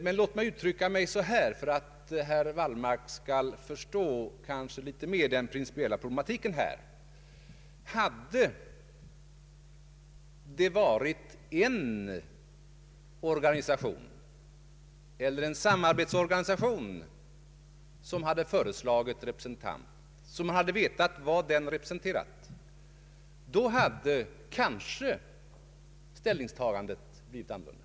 Men låt mig säga så här, för att herr Wallmark kanske litet bättre skall förstå den principiella problematiken: Om det varit en organisation eller en samarbetsorganisation som föreslagit representant så att man vetat vad denne representerat, då hade kanske ställningstagandet blivit ett annat.